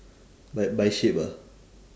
by by ship ah